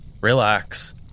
relax